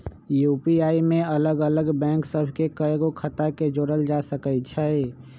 UPI में अलग अलग बैंक सभ के कएगो खता के जोड़ल जा सकइ छै